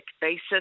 basis